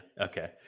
okay